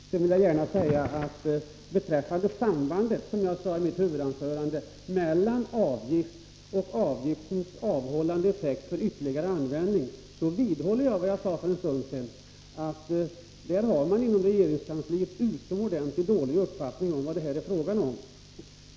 Sedan vill jag gärna framhålla att beträffande sambandet —-som jag berörde i mitt huvudanförande — mellan en avgift och dess avhållande effekt i fråga om ytterligare användning så vidhåller jag vad jag sade för en stund sedan, nämligen att man inom regeringskansliet har en utomordentligt dålig uppfattning om vad det är fråga om.